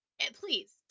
please